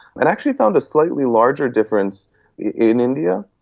and actually found a slightly larger difference in india,